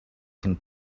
can